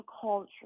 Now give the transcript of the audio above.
culture